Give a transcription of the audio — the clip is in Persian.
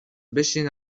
بشینین